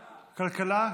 כלכלה.